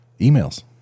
Emails